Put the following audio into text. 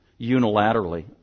unilaterally